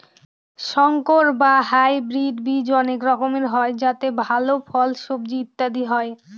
সংকর বা হাইব্রিড বীজ অনেক রকমের হয় যাতে ভাল ফল, সবজি ইত্যাদি হয়